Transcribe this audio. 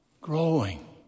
growing